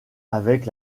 avec